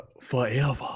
Forever